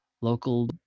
local